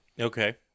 Okay